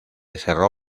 cerro